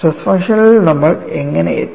stress ഫംഗ്ഷനിൽ നമ്മൾ എങ്ങനെ എത്തി